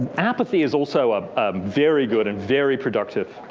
apathy is also um very good and very productive.